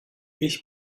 ich